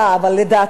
אבל לדעתי,